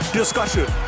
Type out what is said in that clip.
discussion